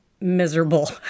miserable